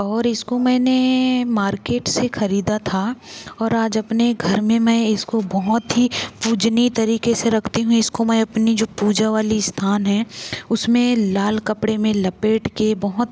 और इसको मैंने मार्केट से खरीदा था और आज अपने घर में मैं इसको बहुत ही पूजनीय तरीके से रखती हूँ इसको मैं अपनी जो पूजा वाली स्थान है उसमें लाल कपड़े में लपेट के बहुत